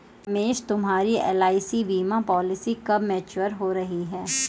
रमेश तुम्हारी एल.आई.सी बीमा पॉलिसी कब मैच्योर हो रही है?